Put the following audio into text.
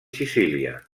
sicília